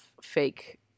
fake